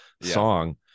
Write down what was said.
song